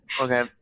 okay